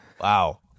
Wow